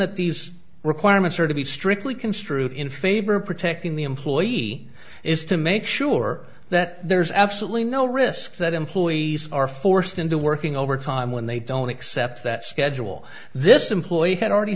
that these requirements are to be strictly construed in favor of protecting the employee is to make sure that there's absolutely no risk that employees are forced into working overtime when they don't accept that schedule this employee had already